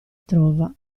trova